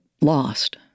lost